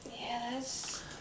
Yes